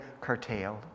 curtailed